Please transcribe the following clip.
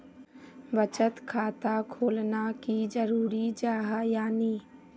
बचत खाता खोलना की जरूरी जाहा या नी?